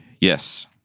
Yes